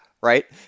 Right